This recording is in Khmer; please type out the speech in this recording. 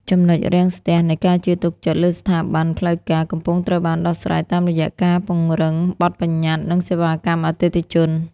ចំណុចរាំងស្ទះនៃ "ការជឿទុកចិត្តលើស្ថាប័នផ្លូវការ" កំពុងត្រូវបានដោះស្រាយតាមរយៈការពង្រឹងបទប្បញ្ញត្តិ និងសេវាកម្មអតិថិជន។